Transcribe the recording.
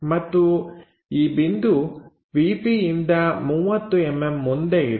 ಮತ್ತು ಈ ಬಿಂದು ವಿ ಪಿಯಿಂದ 30mm ಮುಂದೆ ಇದೆ